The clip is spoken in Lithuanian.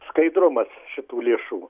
skaidrumas šitų lėšų